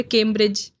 Cambridge